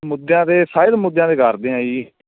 ਮੁੱਦਿਆਂ 'ਤੇ ਹਰ ਇੱਕ ਮੁੱਦਿਆਂ 'ਤੇ ਕਰਦੇ ਹਾਂ ਜੀ